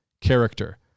character